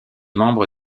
membre